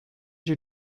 your